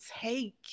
take